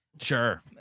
sure